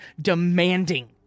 demanding